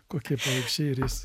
kokie paukščiai ir jis